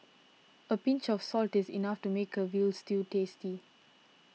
a pinch of salt is enough to make a Veal Stew tasty